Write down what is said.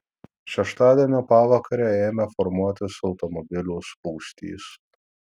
šeštadienio pavakarę ėmė formuotis automobilių spūstys